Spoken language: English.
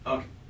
Okay